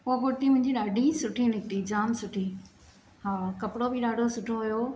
हूअ कुर्ती मुंहिंजी ॾाढी सुठी निकती जाम सुठी हा कपड़ो बि ॾाढो सुठो हुयो